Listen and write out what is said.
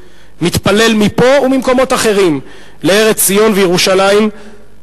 מתפלל מפה וממקומות אחרים לארץ ציון וירושלים,